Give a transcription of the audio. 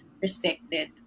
respected